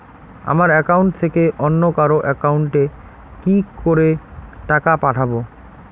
আমার একাউন্ট থেকে অন্য কারো একাউন্ট এ কি করে টাকা পাঠাবো?